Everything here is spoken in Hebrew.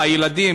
והילדים,